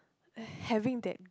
and having that